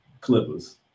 Clippers